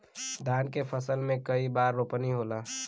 धान के फसल मे कई बार रोपनी होला?